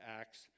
Acts